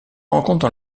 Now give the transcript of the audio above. rencontre